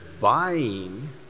buying